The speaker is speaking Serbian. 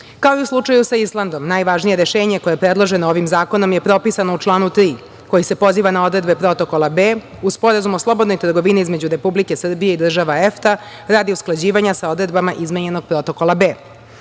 u slučaju sa Islandom, najvažnije rešenje koje je predloženo ovim zakonom je propisano u članu 3, koji se poziva na odredbe Protokola B, uz Sporazum o slobodnoj trgovini između Republike Srbije i država EFTA, radi usklađivanja sa odredbama izmenjenog Protokola